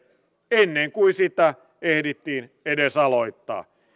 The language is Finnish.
ennen kuin sitä ehdittiin edes aloittaa